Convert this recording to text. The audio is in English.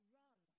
run